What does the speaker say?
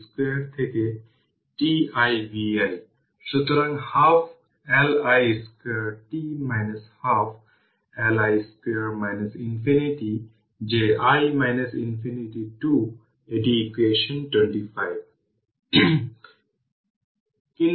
আপনি যদি KVL vt v1 t v2 t বা v2 t vt v1 t v2পাওয়ার t প্রয়োগ করেন তবে আপনি v1 t 16 পাওয়ার t 20 পাবেন